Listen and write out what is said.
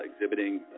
exhibiting